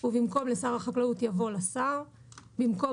ובמקום "לשר החקלאות" יבוא "לשר"; (ד)במקום